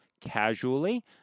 casually